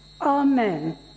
Amen